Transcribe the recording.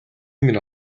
минь